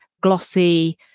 glossy